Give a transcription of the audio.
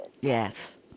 yes